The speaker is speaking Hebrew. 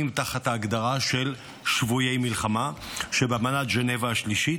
תחת ההגדרה של "שבויי מלחמה" שבאמנת ז'נבה השלישית,